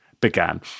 began